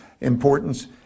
importance